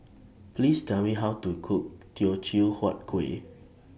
Please Tell Me How to Cook Teochew Huat Kuih